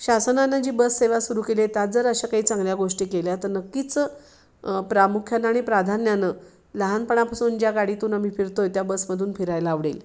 शासनानं जी बस सेवा सुरू केली आहे त्यात जर अशा काही चांगल्या गोष्टी केल्या तर नक्कीच प्रामुख्यानं आणि प्राधान्यानं लहानपणापासून ज्या गाडीतून आम्ही फिरतो आहे त्या बसमधून फिरायला आवडेल